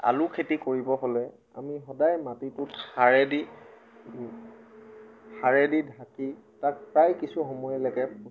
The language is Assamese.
আলু খেতি কৰিব হ'লে আমি সদায় মাটিটোক সাৰে দি সাৰে দি ঢাকি তাক প্ৰায় কিছু সময়লৈকে